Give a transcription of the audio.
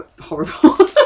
horrible